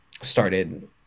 started